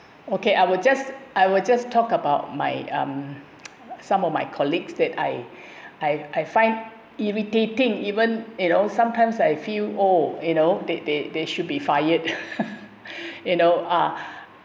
okay I will just I will just talk about my um some of my colleagues that I I I find irritating even you know sometimes I feel oh you know they they they should be fired you know ah